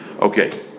Okay